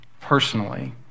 personally